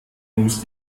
muss